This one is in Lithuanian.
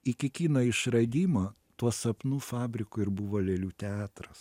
iki kino išradimo tuo sapnų fabriku ir buvo lėlių teatras